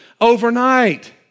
overnight